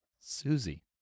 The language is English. Susie